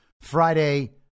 Friday